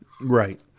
Right